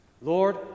Lord